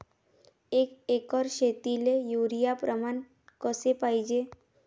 एक एकर शेतीले युरिया प्रमान कसे पाहिजे?